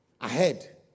ahead